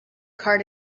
car